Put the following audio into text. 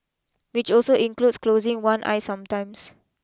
which also includes closing one eye sometimes